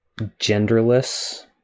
genderless